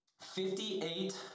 fifty-eight